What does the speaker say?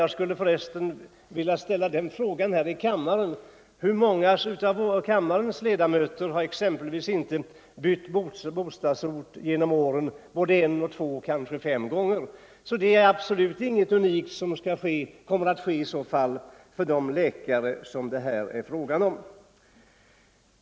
Jag skulle för resten vilja ställa frågan: Hur många av kammarens ledamöter har exempelvis inte bytt bostadsort genom åren, både en och två, ja kanske fler gånger? Det är absolut inget unikt som i så fall kommer att ske med de läkare det här är fråga om.